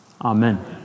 Amen